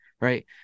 Right